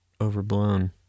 overblown